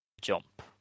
jump